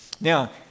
Now